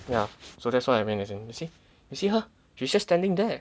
ya so that's what I mean as in you see you see her she's just standing there